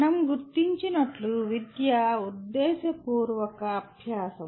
మనం గుర్తించినట్లు విద్య ఉద్దేశపూర్వక అభ్యాసం